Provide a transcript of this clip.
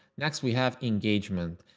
next, we have engagement.